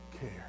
care